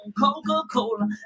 Coca-Cola